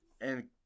and-